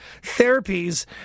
therapies